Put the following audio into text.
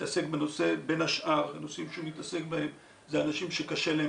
בין השאר הנושאים שהוא מתעסק בהם זה אנשים שקשה להם